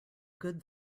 good